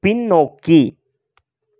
பின்னோக்கி